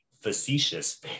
facetious